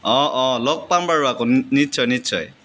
অঁ অঁ লগ পাম বাৰু আকৌ নি নিশ্চয় নিশ্চয়